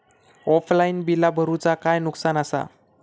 Offline बिला भरूचा काय नुकसान आसा?